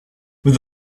with